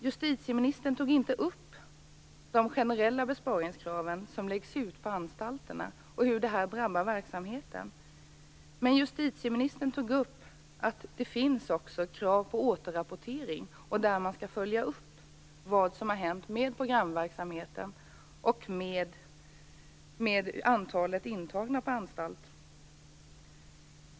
Justitieministern tog inte upp de generella besparingskrav som läggs ut på anstalterna och hur det här drabbar verksamheten. Däremot tog hon upp att det finns krav på återrapportering och på att man skall följa upp vad som har hänt med programverksamheten. Hon tog också upp frågan om antalet intagna på anstalt.